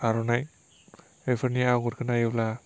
आर'नाइ बेफोरनि आगरखो नायोब्ला